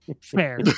Fair